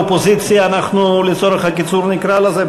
אנחנו לצורך הקיצור נקרא לזה?